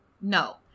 No